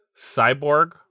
Cyborg